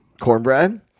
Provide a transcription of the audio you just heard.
Cornbread